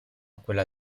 quella